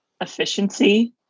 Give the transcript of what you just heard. efficiency